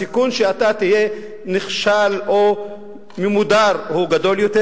הסיכון שאתה תהיה נחשל או ממודר גדול יותר.